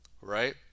right